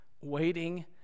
waiting